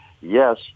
Yes